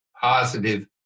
positive